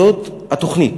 זאת התוכנית.